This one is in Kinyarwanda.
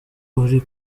uri